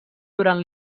durant